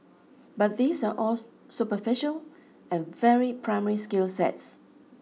but these are all superficial and very primary skill sets